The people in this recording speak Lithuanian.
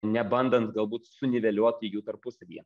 nebandant galbūt suniveliuoti jų tarpusavyje